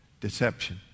Deception